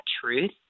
truth